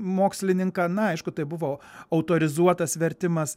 mokslininką na aišku tai buvo autorizuotas vertimas